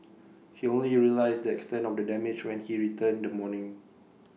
he only realised the extent of the damage when he returned the morning